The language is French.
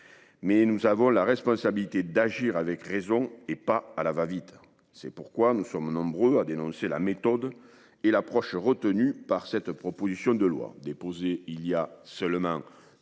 nous avons la responsabilité d'agir avec raison, et non à la va-vite. C'est pourquoi nous sommes nombreux à dénoncer la méthode et l'approche retenues pour cette proposition de loi. Déposé il y a seulement deux